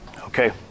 Okay